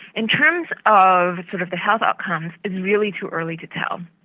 in terms of sort of the health outcomes, it's really too early to tell.